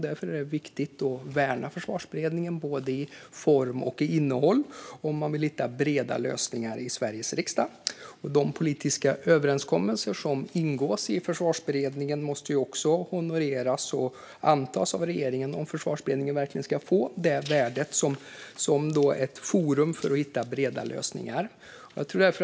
Därför är det viktigt att värna Försvarsberedningen, både i form och i innehåll, om man vill hitta breda lösningar i Sveriges riksdag. De politiska överenskommelser som ingås i Försvarsberedningen måste ju också honoreras och antas av regeringen om Försvarsberedningen verkligen ska få ett värde som forum för att hitta breda lösningar. Fru talman!